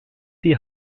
die